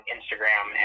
Instagram